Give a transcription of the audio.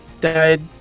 died